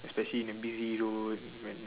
especially in a busy road when